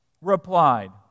replied